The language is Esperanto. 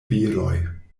viroj